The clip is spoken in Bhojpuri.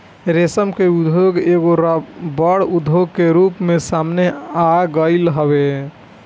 रेशम के उद्योग एगो बड़ उद्योग के रूप में सामने आगईल हवे